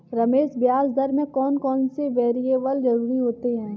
रमेश ब्याज दर में कौन कौन से वेरिएबल जरूरी होते हैं?